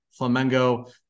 Flamengo